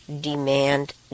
demand